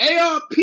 ARP